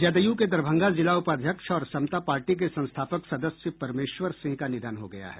जदयू के दरभंगा जिला उपाध्यक्ष और समता पार्टी के संस्थापक सदस्य परमेश्वर सिंह का निधन हो गया है